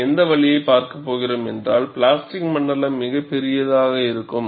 நாம் எந்த வழியைப் பார்க்கப் போகிறோம் என்றால் பிளாஸ்டிக் மண்டலம் மிகப் பெரியதாக இருக்கும்